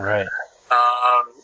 Right